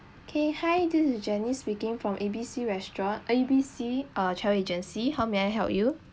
okay hi this is janice speaking from A B C restaurant A B C uh travel agency how may I help you